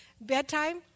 bedtime